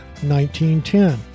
1910